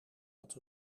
dat